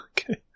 okay